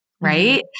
right